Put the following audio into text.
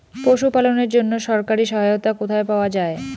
পশু পালনের জন্য সরকারি সহায়তা কোথায় পাওয়া যায়?